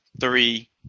three